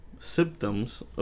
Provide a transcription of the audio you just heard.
Symptoms